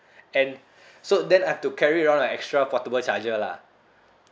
and so then I have to carry around like extra portable charger lah